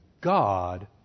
God